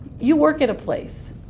you work at a place.